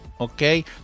okay